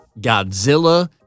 Godzilla